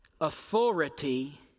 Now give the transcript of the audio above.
authority